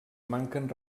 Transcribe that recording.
manquen